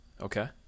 Okay